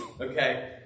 okay